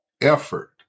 effort